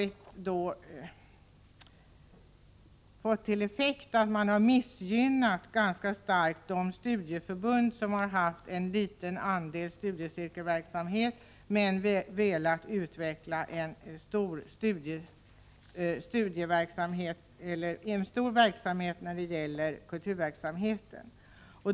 Det har fått till effekt att man ganska kraftigt har missgynnat de studieförbund som haft en liten andel studiecirkelverksamhet men velat utveckla en stor kulturverksamhet.